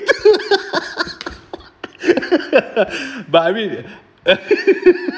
but I mean